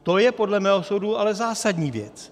To je podle mého soudu ale zásadní věc.